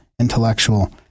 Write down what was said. intellectual